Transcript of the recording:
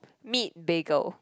meet bagel